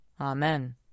Amen